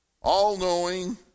all-knowing